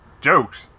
jokes